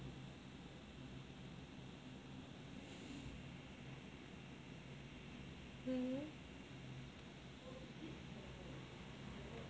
mm